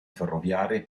ferroviarie